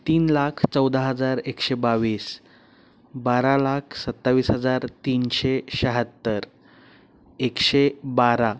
तीन लाख चौदा हजार एकशे बावीस बारा लाख सत्तावीस हजार तीनशे शहात्तर एकशे बारा